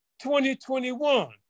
2021